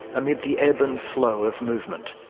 amid the ebb and flow of movement,